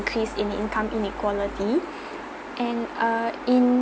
increase in income inequality and uh in